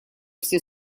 все